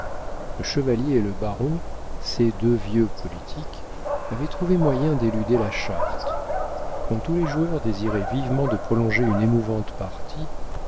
le chevalier et le baron ces deux vieux politiques avaient trouvé moyen d'éluder la charte quand tous les joueurs désiraient vivement de prolonger une émouvante partie